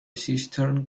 cistern